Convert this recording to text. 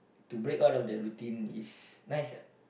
to break all of that routine is nice